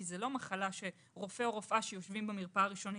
כי זה לא מחלה שרופא או רופאה שיושבים במרפאה הראשונית,